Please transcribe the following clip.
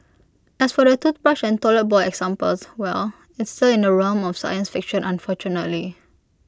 as for the toothbrush and toilet bowl examples well it's still in the realm of science fiction unfortunately